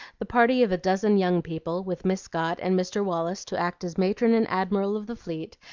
the party of a dozen young people, with miss scott and mr. wallace to act as matron and admiral of the fleet,